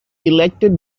elected